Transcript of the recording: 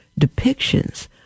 depictions